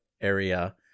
area